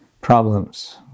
problems